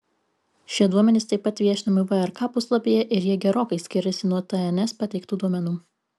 šie duomenys taip pat viešinami vrk puslapyje ir jie gerokai skiriasi nuo tns pateiktų duomenų